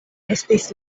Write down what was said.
estis